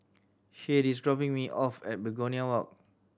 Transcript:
Shade is dropping me off at Begonia Walk